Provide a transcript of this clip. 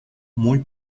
muy